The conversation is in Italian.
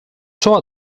ciò